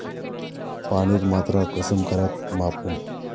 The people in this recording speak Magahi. पानीर मात्रा कुंसम करे मापुम?